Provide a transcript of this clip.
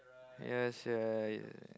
ya sia